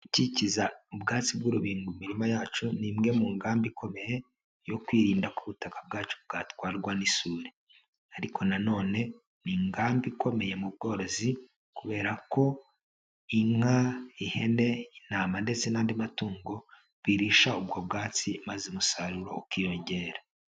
Gukikiza ubwatsi bw'urubingo imirima yacu ni imwe mu ngamba ikomeye yo kwirinda ko butaka bwacu bwatwarwa n'isuri, ariko na none ni ingamba ikomeye mu bworozi kubera ko inka, ihene, intama ndetse n'andi matungo birisha ubwo bwatsi maze umusaruro ukiyongera.